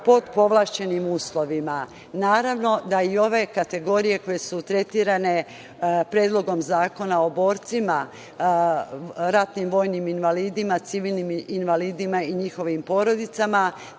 pod povlašćenim uslovima. Naravno da i ove kategorije koje su tretirane Predlogom zakona o borcima, ratnim vojnim invalidima, civilnim invalidima i njihovim porodicama